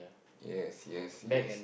yes yes yes